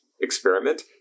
experiment